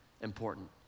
important